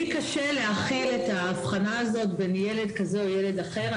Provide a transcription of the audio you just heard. לי קשה לעשות את ההבחנה בין ילד כזה או ילד אחר.